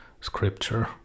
scripture